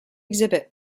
exhibit